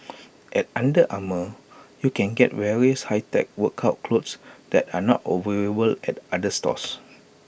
at under Armour you can get various high tech workout clothes that are not available at other stores